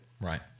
Right